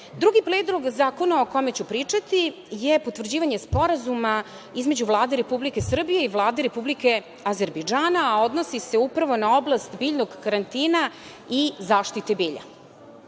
Predlog zakona o kome ću pričati je potvrđivanje Sporazuma između Vlade Republike Srbije i Vlade Republike Azerbejdžana, a odnosi se upravo na oblast biljnog karantina i zaštite bilja.